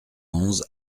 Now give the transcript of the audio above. onze